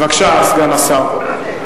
בבקשה, סגן השר.